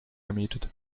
gemietet